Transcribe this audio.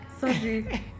Sorry